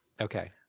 okay